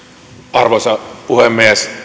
arvoisa puhemies